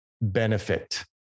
benefit